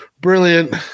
brilliant